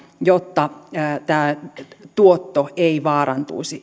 jotta tämä tuotto ei vaarantuisi